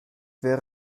wäre